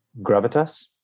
gravitas